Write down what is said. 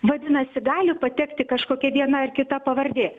vadinasi gali patekti kažkokia viena ar kita pavardė